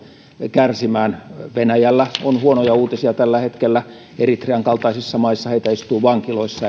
kärsimään venäjällä on huonoja uutisia tällä hetkellä eritrean kaltaisissa maissa heitä istuu vankiloissa